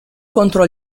contro